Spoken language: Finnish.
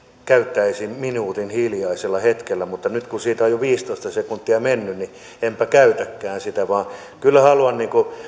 käyttäisin minuutin hiljaiseen hetkeen mutta nyt kun siitä on jo viisitoista sekuntia mennyt niin enpä käytäkään siihen vaan kyllä haluan